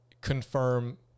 confirm